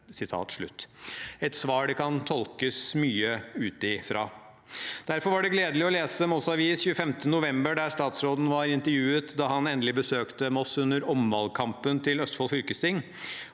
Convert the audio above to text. et svar det kan tolkes mye ut av. Derfor var det gledelig å lese nettutgaven av Moss Avis 25. november, der statsråden var intervjuet da han endelig besøkte Moss under omvalgkampen til Østfold fylkesting.